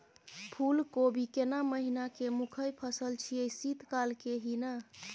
फुल कोबी केना महिना के मुखय फसल छियै शीत काल के ही न?